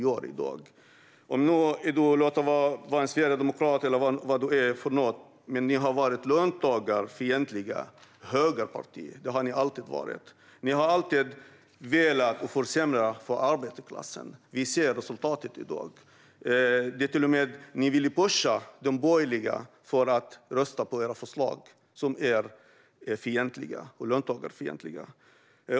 Låt vara att du är en sverigedemokrat eller vad du är för något, men ni har alltid varit löntagarfientliga högerpartier. Ni har alltid velat försämra för arbetarklassen, och vi ser resultatet i dag. Ni vill pusha de borgerliga att rösta på era förslag, som är löntagarfientliga.